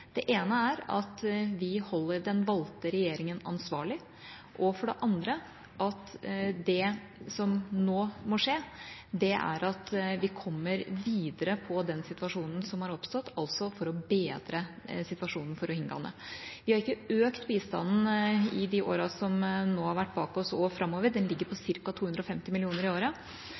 Det ene var at vi holder den valgte regjeringa ansvarlig, og – for det andre – at det som nå må skje, er at vi kommer videre i den situasjonen som har oppstått, for å bedre situasjonen for rohingyaene. Vi har ikke økt bistanden i de årene som nå er bak oss, eller framover – den ligger på ca. 250 mill. kr i året.